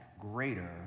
greater